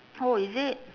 oh is it